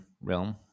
realm